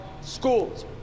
schools